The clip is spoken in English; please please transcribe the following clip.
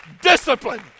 Discipline